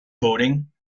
boating